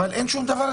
אבל אין שום דבר,